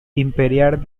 imperial